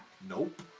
Nope